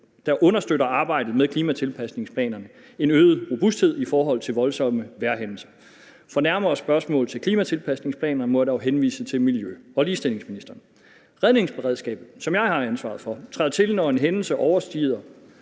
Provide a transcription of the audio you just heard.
plan understøtter arbejdet med klimatilpasningsplanerne en øget robusthed i forhold til voldsomme vejrhændelser. For nærmere spørgsmål til klimatilpasningsplaner må jeg dog henvise til miljø- og ligestillingsministeren. Redningsberedskabet, som jeg har ansvaret for, træder til, når en hændelse overstiger